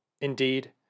Indeed